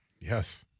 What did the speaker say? Yes